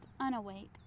unawake